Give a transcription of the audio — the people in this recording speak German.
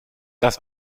das